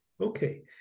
Okay